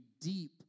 deep